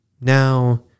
Now